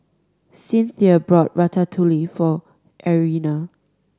Cinthia bought Ratatouille for Irena